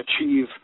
achieve